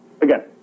Again